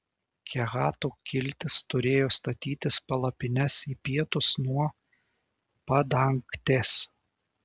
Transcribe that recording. kehatų kiltys turėjo statytis palapines į pietus nuo padangtės